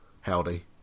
Howdy